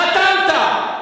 חתמת.